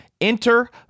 Enter